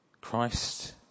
Christ